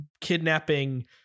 kidnapping